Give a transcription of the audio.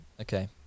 okay